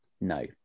No